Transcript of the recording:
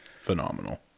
phenomenal